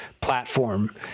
platform